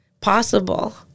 possible